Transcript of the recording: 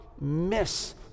miss